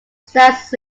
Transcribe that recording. stands